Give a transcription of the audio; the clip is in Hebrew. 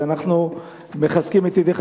ואנחנו מחזקים את ידיך,